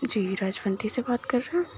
جی Rajwanti سے بات کر رہے ہیں